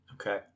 Okay